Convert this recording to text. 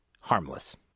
harmless